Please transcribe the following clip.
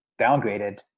downgraded